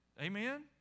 Amen